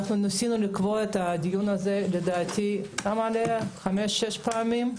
ניסינו לקבוע את הדיון הזה לדעתי חמש שש פעמים.